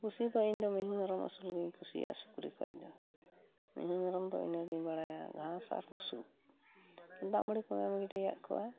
ᱠᱩᱥᱤ ᱫᱚ ᱤᱧ ᱫᱚ ᱢᱤᱦᱩ ᱢᱮᱨᱚᱢ ᱟᱹᱥᱩᱞ ᱜᱤᱧ ᱠᱩᱥᱤᱭᱟᱜᱼᱟ ᱥᱩᱠᱨᱤ ᱠᱷᱚᱱ ᱫᱚ ᱢᱤᱦᱩ ᱢᱮᱨᱚᱢ ᱫᱚ ᱤᱱᱟᱹᱜᱤᱧ ᱵᱟᱲᱟᱭᱟ ᱜᱷᱟᱸᱥ ᱟᱨ ᱵᱩᱥᱩᱵ ᱫᱟᱜ ᱢᱟᱲᱤ ᱠᱚᱢ ᱮᱢ ᱜᱤᱰᱤᱭᱟᱜ ᱠᱚᱣᱟ